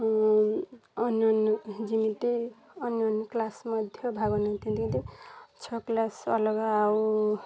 ଓ ଅନ୍ୟନ୍ୟ ଯେମିତି ଅନ୍ୟନ୍ୟ କ୍ଲାସ୍ ମଧ୍ୟ ଭାଗ ନେଇଥାନ୍ତି କିନ୍ତୁ ଛଅ କ୍ଲାସ୍ ଅଲଗା ଆଉ